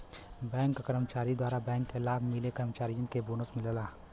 bank क कर्मचारी द्वारा बैंक के लाभ मिले कर्मचारियन के बोनस मिलला